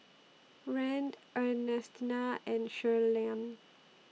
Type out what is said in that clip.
Rand Ernestina and Shirleyann